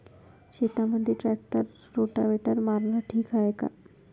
शेतामंदी tractor rotavator मारनं ठीक हाये का?